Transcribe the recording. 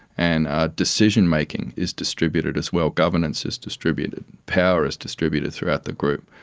and ah decision-making is distributed as well, governance is distributed, power is distributed throughout the group.